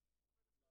שחור?